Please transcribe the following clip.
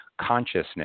consciousness